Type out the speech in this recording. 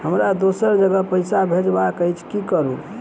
हमरा दोसर जगह पैसा भेजबाक अछि की करू?